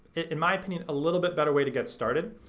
in my opinion, a little bit better way to get started.